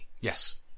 Yes